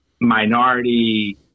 minority